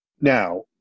Now